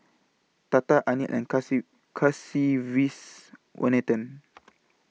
Tata Anil and Kasiviswanathan